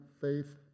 faith